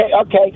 Okay